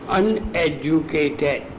uneducated